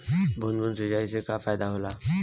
बूंद बूंद सिंचाई से का फायदा होला?